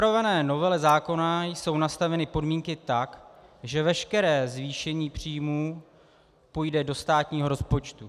V připravované novele zákona jsou nastaveny podmínky tak, že veškeré zvýšení příjmů půjde do státního rozpočtu.